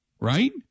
right